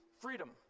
freedom